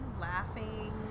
laughing